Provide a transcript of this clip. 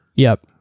yup.